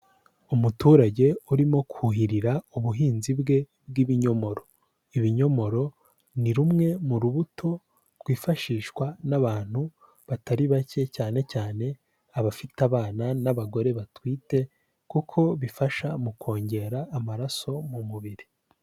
Umuturage urimo kuhirira ubuhinzi bwe bw'ibinyomoro, ibinyomoro ni rumwe mu rubuto rwifashishwa n'abantu batari bake cyane cyane abafite abana n'abagore batwite kuko bifasha mu kongera amaraso mu mubiri.